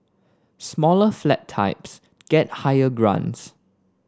smaller flat types get higher grants